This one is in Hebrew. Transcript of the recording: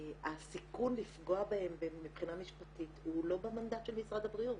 הסיכון לפגוע בהן מבחינה משפטית הוא לא במנדט של משרד הבריאות.